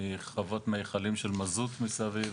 מחוות מיכלים של מזוט מסביב.